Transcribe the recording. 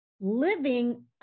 living